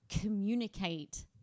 communicate